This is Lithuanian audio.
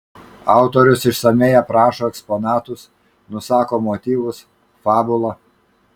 autorius išsamiai aprašo eksponatus nusako motyvus fabulą